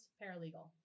paralegal